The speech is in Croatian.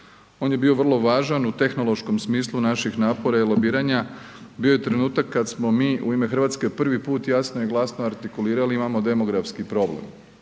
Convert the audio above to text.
On je bio vrlo važan u tehnološkom smislu naših napora i lobiranja, bio je trenutak kad smo mi u ime Hrvatske prvi puta jasno i glasno artikulirati imamo demografski problem.